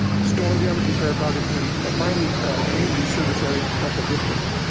storm damage repair projects, and then finally community service area and special districts.